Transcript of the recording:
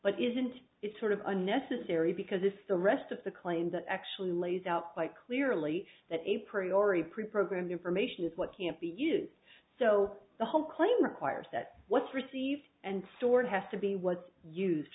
but isn't it sort of unnecessary because it's the rest of the claims that actually lays out quite clearly that a priori preprogramed information is what can't be used so the whole claim requires that what's received and stored has to be what's used